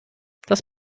das